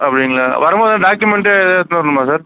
அப்படிங்ளா வரம் போது டாக்குமெண்டு எதாவது எடுத்துகிட்டு வர்ணுமா சார்